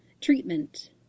Treatment